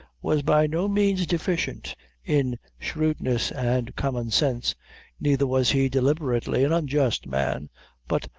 was by no means deficient in shrewdness and common sense neither was he, deliberately, an unjust man but,